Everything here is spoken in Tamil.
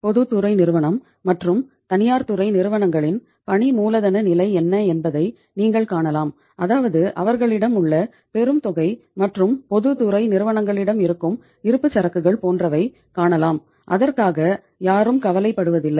பொதுத்துறை நிறுவனம் மற்றும் தனியார் துறை நிறுவனங்களின் பணி மூலதன நிலை என்ன என்பதை நீங்கள் காணலாம் அதாவது அவர்களிடம் உள்ள பெரும் தொகை மற்றும் பொதுத்துறை நிறுவனங்களிடம் இருக்கும் இருப்புச் சரக்குகள் போன்றவை காணலாம் அதற்காக யாரும் கவலைப்படுவதில்லை